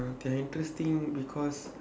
mm they are interesting because